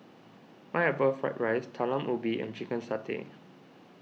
Pineapple Fried Rice Talam Ubi and Chicken Satay